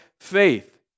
faith